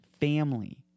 family